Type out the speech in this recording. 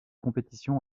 compétition